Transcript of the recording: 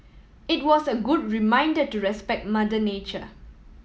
it was a good reminder to respect mother nature